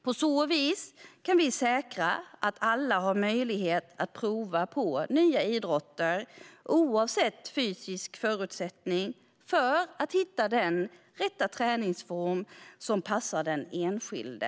På så vis kan vi säkra att alla har möjlighet att prova på nya idrotter oavsett fysisk förutsättning för att hitta den träningsform som passar den enskilde.